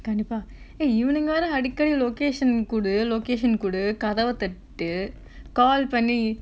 கண்டிப்பா:kandippaa !hey! இவனுங்க வேற அடிக்கடி:ivanunga vera adikkadi location குடு:kudu location குடு கதவ தட்டு:kudu kathava thattu call பண்ணி:panni